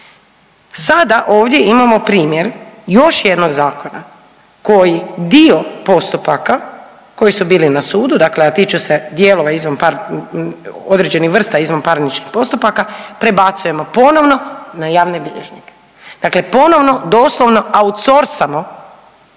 Sada ovdje imamo primjer još jednog zakona koij dio postupaka koji su bili na sudu, dakle a tiču se dijelova, određenih vrsta izvanparničnih postupaka prebacujemo ponovno na javne bilježnike. Dakle, ponovno doslovno outsourcing-amo